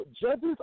judges